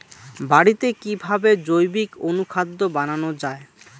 বাড়িতে কিভাবে জৈবিক অনুখাদ্য বানানো যায়?